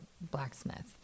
blacksmith